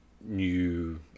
new